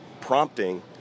prompting